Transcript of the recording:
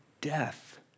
death